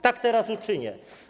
Tak teraz uczynię.